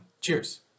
Cheers